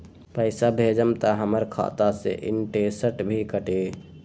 पैसा भेजम त हमर खाता से इनटेशट भी कटी?